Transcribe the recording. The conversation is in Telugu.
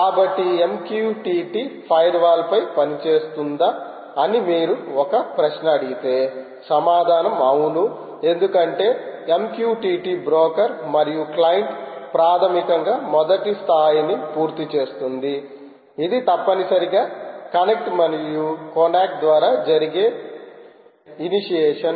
కాబట్టి MQTT ఫైర్వాల్స్ పై పనిచేస్తుందా అని మీరు ఒక ప్రశ్న అడిగితే సమాధానం అవును ఎందుకంటే MQTT బ్రోకర్ మరియు క్లయింట్ ప్రాథమికంగా మొదటి స్థాయిని పూర్తి చేస్తుంది ఇది తప్పనిసరిగా కనెక్ట్ మరియు కొనాక్ ద్వారా జరిగే ఇనీషియేషన్